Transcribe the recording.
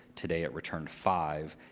today, it returned five.